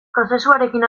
prozesuarekin